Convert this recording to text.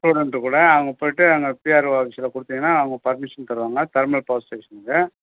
student கூட அவங்க போய்ட்டு அங்கே பி ஆர் ஓ எல் ஆஃபிஸில் கொடுத்திங்கனா அவங்க பர்மிஷன் தருவாங்க தெர்மல் பவர் ஸ்டேஷனுக்கு